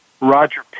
Roger